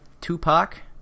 Tupac